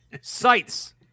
Sites